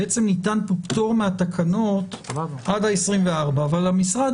בעצם ניתן כאן פטור מהתקנות עד ה-24 אבל המשרד